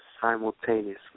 simultaneously